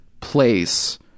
place